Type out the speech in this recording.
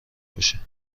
باشه